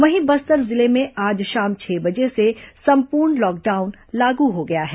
वहीं बस्तर जिले में आज शाम छह बजे से संपूर्ण लॉकडाउन लागू हो गया है